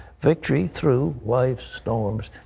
victory through life's storms.